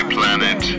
Planet